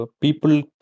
People